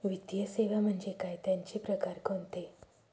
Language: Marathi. वित्तीय सेवा म्हणजे काय? त्यांचे प्रकार कोणते?